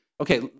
Okay